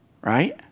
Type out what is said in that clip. right